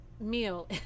meal